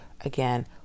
again